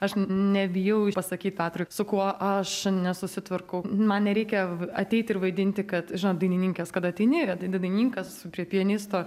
aš nebijau pasakyti petrui su kuo aš nesusitvarkau man nereikia ateiti ir vaidinti kad žinot kada dainininkės kad ateini dainininkas prie pianisto